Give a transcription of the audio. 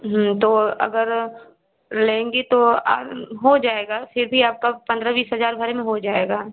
तो अगर लेंगी तो हो जाएगा फिर भी आपका पन्द्रह बीस हज़ार भरे में हो जाएगा